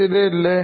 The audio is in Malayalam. ശരിയല്ലേ